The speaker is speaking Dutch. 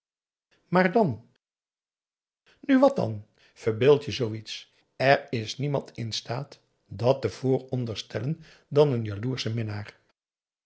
maar dan nu wat dan verbeeld je zoo iets er is niemand in staat dàt te vooronderstellen dan n jaloersche minnaar